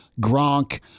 Gronk